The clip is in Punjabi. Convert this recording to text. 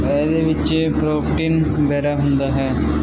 ਇਹਦੇ ਵਿੱਚ ਪ੍ਰੋਟੀਨ ਵਗੈਰਾ ਹੁੰਦਾ ਹੈ